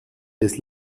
des